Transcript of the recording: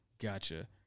Gotcha